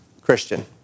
Christian